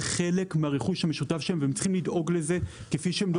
זה חלק מהרכוש המשותף שלהם והם צריכים לדאוג לזה כפי שהם דואגים